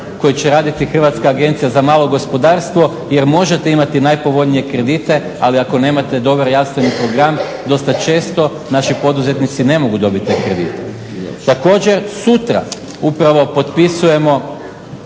koji će raditi Hrvatska agencija za malo gospodarstvo jer možete imati najpovoljnije kredite, ali ako nemate dobar i jasan program dosta često naši poduzetnici ne mogu dobiti kredit. Također sutra upravo potpisujemo,